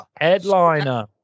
Headliner